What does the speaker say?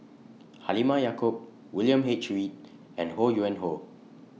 Halimah Yacob William H Read and Ho Yuen Hoe